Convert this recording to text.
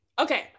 okay